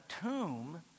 tomb